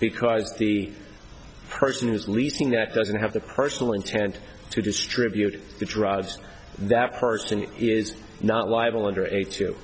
because the person is leasing that doesn't have the personal intent to distribute the drugs that person is not liable under age to